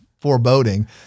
foreboding